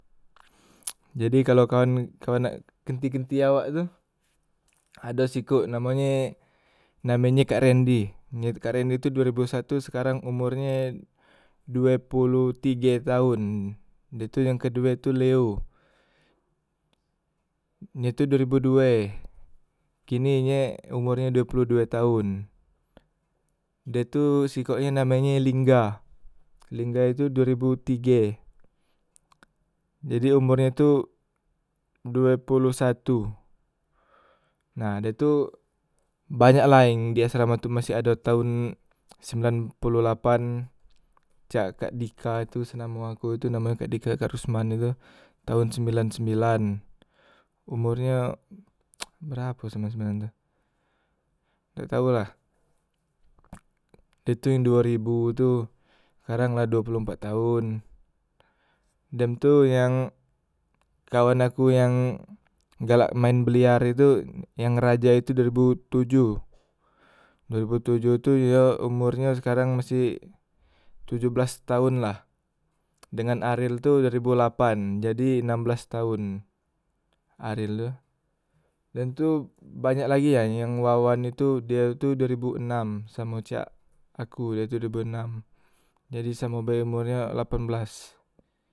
jadi kalo kaun kau nak kenti- kenti awak tu, ado sikok namonye namenye kak rendi, ye tu kak rendi tu dua ribu satu sekarang umornye due poloh tige taon. Dah tu yang kedue tu leo, ye tu due ribu due kini nye umornyo due poloh due taon. Dah tu sikoknye namenye lingga, lingga itu due ribu tige jadi umornye tu due poloh satu. Nah dah tu banyak la yang di asrama tu masih ado taon sembilan poloh lapan cak kak dika tu se namo aku tu namonyo kak dika kak rusman itu taon sembilan sembilan umornyo berapo sembilan sembilan tu dak tau lah. Dah tu yang duo ribu tu sekarang la duo poloh empat taon. Dem tu yang kawan aku yang galak maen belear tu yang raja tu duo ribu tujuh, duo ribu tujuh tu yo sekarang umornyo masih tujuh belas taon lah dengan aril tu duo ribu lapan, jadi enam belas taon aril tu. Dem tu banyak lagi ya yang wawan itu die itu duo ribu enam samo cak aku ye tu duo ribu enam jadi samo be umornyo lapan belas.